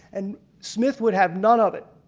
and smith would have none of it.